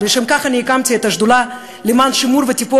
לשם כך הקמתי את השדולה למען השימור והטיפוח